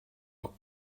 être